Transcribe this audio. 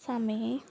ਸਮੇਂ